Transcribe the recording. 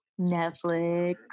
Netflix